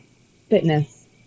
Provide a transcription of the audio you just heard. fitness